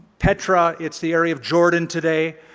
petra. it's the area of jordan today.